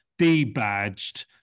debadged